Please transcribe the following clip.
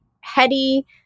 heady